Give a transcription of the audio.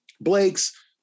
Blake's